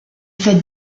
fait